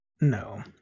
No